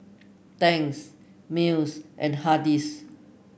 Tangs Miles and Hardy's